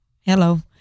Hello